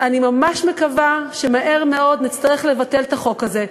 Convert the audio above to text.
אני ממש מקווה שמהר מאוד נצטרך לבטל את החוק הזה.